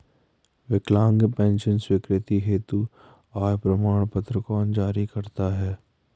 विकलांग पेंशन स्वीकृति हेतु आय प्रमाण पत्र कौन जारी करता है?